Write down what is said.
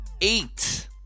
eight